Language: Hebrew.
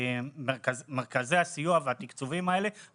תודה רבה.